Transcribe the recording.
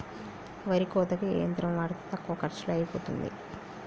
వరి కోతకి ఏ యంత్రం వాడితే తక్కువ ఖర్చులో అయిపోతుంది?